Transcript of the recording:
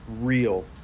real